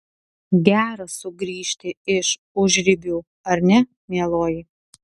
gera sugrįžti iš užribių ar ne mieloji